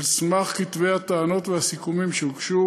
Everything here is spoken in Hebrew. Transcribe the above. על סמך כתבי הטענות והסיכומים שהוגשו,